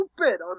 stupid